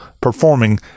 performing